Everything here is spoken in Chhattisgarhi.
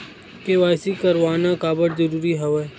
के.वाई.सी करवाना काबर जरूरी हवय?